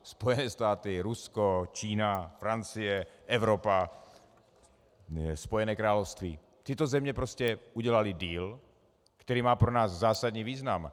Spojené státy, Rusko, Čína, Francie, Evropa, Spojené království tyto země prostě udělaly deal, který má pro nás zásadní význam.